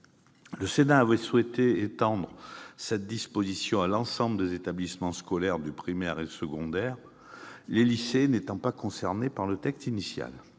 Le Sénat avait souhaité étendre cette interdiction à l'ensemble des établissements scolaires du primaire et du secondaire, les lycées n'étant pas concernés par le texte initial.